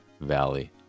Valley